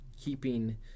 Keeping